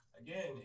again